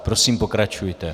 Prosím pokračujte.